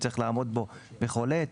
יצטרך לעמוד בו בכל עת.